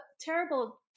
terrible